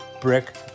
brick